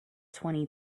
twenty